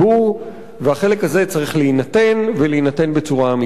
והחלק הזה צריך להינתן ולהינתן בצורה רצינית.